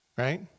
Right